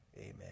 amen